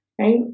right